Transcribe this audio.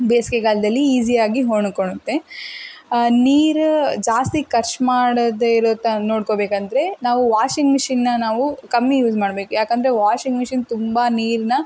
ಬೇಸಿಗೆಗಾಲ್ದಲ್ಲಿ ಈಸಿಯಾಗಿ ಒಣಕೊಳುತ್ತೆ ನೀರು ಜಾಸ್ತಿ ಖರ್ಚು ಮಾಡದೆ ಇರೋ ತರ ನೋಡ್ಕೋಬೇಕಂದರೆ ನಾವು ವಾಷಿಂಗ್ ಮಿಷಿನನ್ನ ನಾವು ಕಮ್ಮಿ ಯೂಸ್ ಮಾಡಬೇಕು ಯಾಕಂದರೆ ವಾಷಿಂಗ್ ಮಿಷಿನ್ ತುಂಬ ನೀರನ್ನ